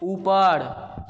ऊपर